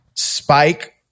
Spike